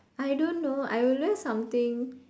I don't know I will wear something